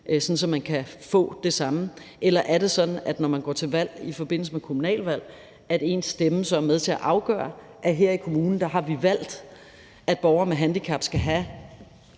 så man kan få det samme. Eller er det sådan, at når man går til valg i forbindelse med kommunalvalg, er ens stemme med til at afgøre, at her i kommunen har vi valgt, at borgere med handicap skal have